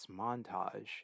montage